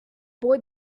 boy